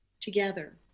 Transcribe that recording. Together